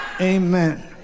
Amen